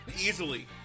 Easily